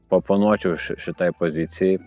paoponuočiau ši šitai pozicijai